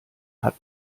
hat